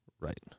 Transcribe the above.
Right